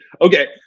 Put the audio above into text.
Okay